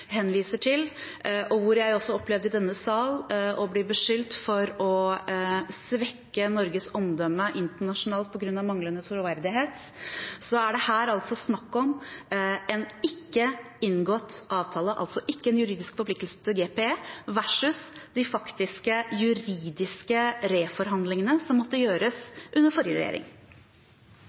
henviser til, og hvor jeg også opplevde i denne sal å bli beskyldt for å svekke Norges omdømme internasjonalt på grunn av manglende troverdighet: Her er det snakk om en ikke inngått avtale, altså ikke en juridisk forpliktelse overfor GPE, versus de faktiske juridiske reforhandlingene som måtte gjøres under den forrige